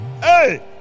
Hey